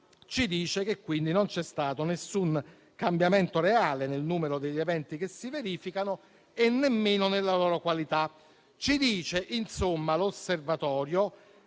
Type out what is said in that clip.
ci dice che quindi non c'è stato nessun cambiamento reale nel numero degli eventi che si verificano e nemmeno nella loro qualità. L'osservatorio